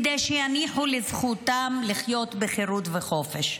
כדי שיניחו לזכותם לחיות בחירות ובחופש.